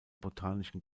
botanischen